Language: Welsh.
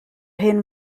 hen